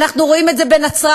ואנחנו רואים את זה בנצרת,